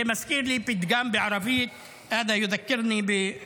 זה מזכיר לי פתגם בערבית: (אומר